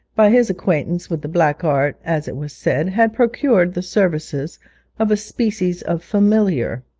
by his acquaintance with the black art, as it was said, had procured the services of a species of familiar,